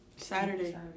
Saturday